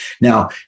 Now